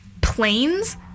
planes